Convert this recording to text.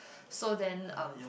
so then um